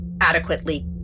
adequately